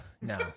no